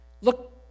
look